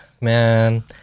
Man